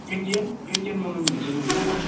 Indian Indian बनाउनु हुन्छ कि हुँदैन